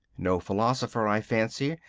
no philosopher, i fancy,